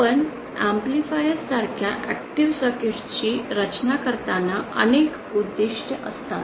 आपण एम्पलीफायर सारख्या active circuit ची रचना करताना अनेक उद्दिष्ट असतात